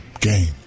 GAME